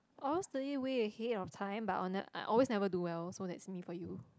I'll always study way ahead of time but I'll never I always never do well so that's me for you